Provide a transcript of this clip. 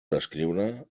descriure